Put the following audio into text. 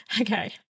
Okay